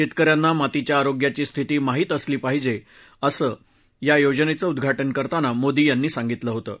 शेतकऱ्यांना मातीच्या आरोग्याची स्थिती माहित असली पाहिजे असं या योजनेचं उद्घाटन करताना मोदी यांनी सांगितलं होतं